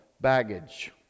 baggage